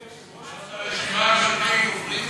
אפשר לראות את רשימת הדוברים?